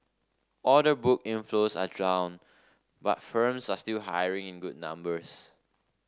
order book inflows are down but firms are still hiring in good numbers